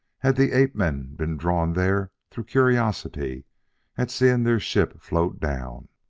had the ape-men been drawn there through curiosity at seeing their ship float down?